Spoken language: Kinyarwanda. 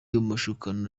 mashukano